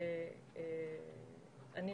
הייתי